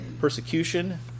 persecution